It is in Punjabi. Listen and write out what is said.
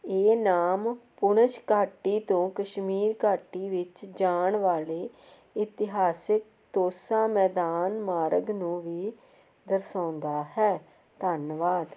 ਇਹ ਨਾਮ ਪੁਣਛ ਘਾਟੀ ਤੋਂ ਕਸ਼ਮੀਰ ਘਾਟੀ ਵਿੱਚ ਜਾਣ ਵਾਲੇ ਇਤਿਹਾਸਕ ਤੋਸਾ ਮੈਦਾਨ ਮਾਰਗ ਨੂੰ ਵੀ ਦਰਸਾਉਂਦਾ ਹੈ ਧੰਨਵਾਦ